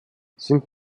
sind